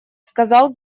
сказал